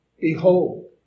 Behold